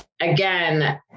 again